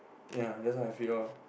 ya that's what I feel lor